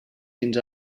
fins